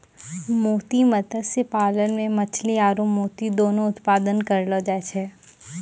मोती मत्स्य पालन मे मछली आरु मोती दुनु उत्पादन करलो जाय छै